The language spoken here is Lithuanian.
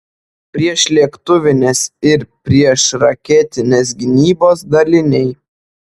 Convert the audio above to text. priešlėktuvinės ir priešraketinės gynybos daliniai